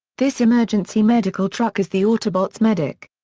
this emergency medical truck is the autobots' medic.